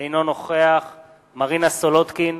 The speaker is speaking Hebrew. אינו נוכח מרינה סולודקין,